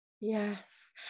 yes